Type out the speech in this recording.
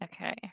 Okay